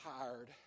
tired